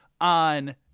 on